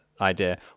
idea